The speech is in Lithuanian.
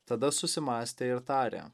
tada susimąstė ir tarė